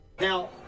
now